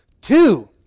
Two